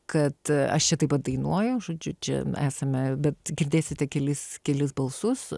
kad aš čia taip pat dainuoju žodžiu čia esame bet girdėsite kelis kelis balsus